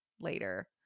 later